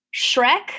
shrek